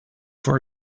for